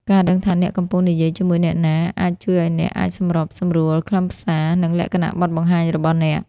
ការដឹងថាអ្នកកំពុងនិយាយជាមួយអ្នកណា អាចជួយឱ្យអ្នកអាចសម្របសម្រួលខ្លឹមសារ និងលក្ខណៈបទបង្ហាញរបស់អ្នក។